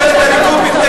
בממשלת הליכוד מתנגדים